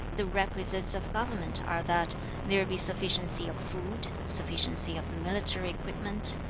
the requisites of government are that there be sufficiency of food, sufficiency of military equipment,